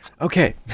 Okay